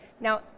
Now